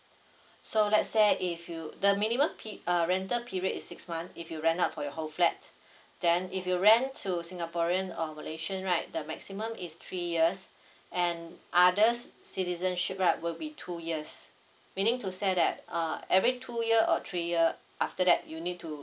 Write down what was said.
so let's say if you the minimum pe~ uh rental period is six month if you rent out for your whole flat then if you rent to singaporean or malaysian right the maximum is three years and others citizenship right will be two years meaning to say that uh every two years or three year after that you need to